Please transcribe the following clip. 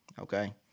Okay